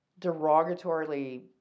derogatorily